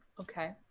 Okay